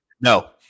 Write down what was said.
No